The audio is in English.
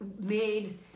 made